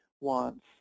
wants